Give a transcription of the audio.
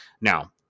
Now